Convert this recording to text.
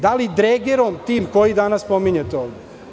Da li dregerom tim koji danas spominjete ovde?